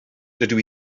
dydw